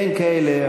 אין כאלה.